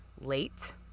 late